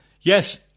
yes